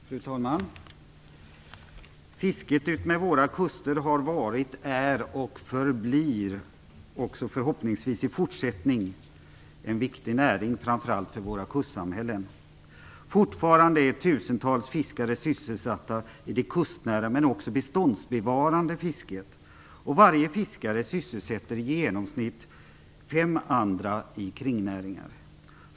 Fru talman! Fisket utmed våra kuster har varit, är och förblir också förhoppningsvis i fortsättningen en viktig näring, framför allt för våra kustsamhällen. Fortfarande är tusentals fiskare sysselsatta i det kustnära, men också beståndsbevarande, fisket. Varje fiskare sysselsätter i genomsnitt fem andra i kringnäringar.